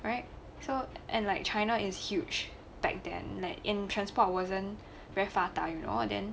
alright so and like China is huge back then like in transport wasnt very 发达 you know then